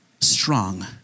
strong